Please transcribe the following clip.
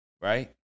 right